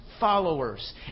Followers